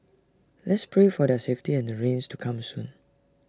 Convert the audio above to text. let's pray for their safety and the rains to come soon